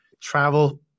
travel